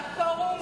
שהפורום ימליץ